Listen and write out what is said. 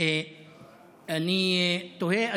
אני תוהה,